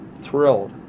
thrilled